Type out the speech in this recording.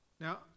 Now